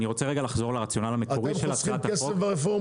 אני רוצה רגע לחזור לרציונל המקורי של הצעת החוק.